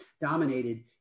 dominated